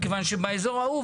מכיוון שבאיזור ההוא,